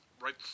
right